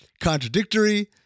contradictory